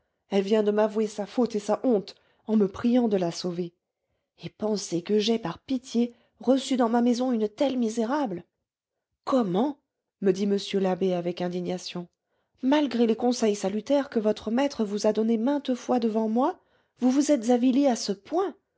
elle vient de m'avouer sa faute et sa honte en me priant de la sauver et penser que j'ai par pitié reçu dans ma maison une telle misérable comment me dit m l'abbé avec indignation malgré les conseils salutaires que votre maître vous a donnés maintes fois devant moi vous vous êtes avilie à ce point